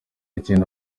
icyenda